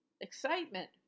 Excitement